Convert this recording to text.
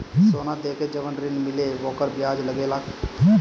सोना देके जवन ऋण मिली वोकर ब्याज लगेला का?